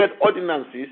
ordinances